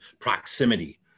proximity